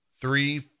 three